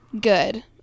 good